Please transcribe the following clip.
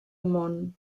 món